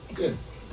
yes